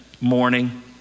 morning